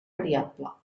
variable